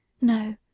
No